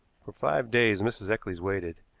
for five days mrs. eccles waited,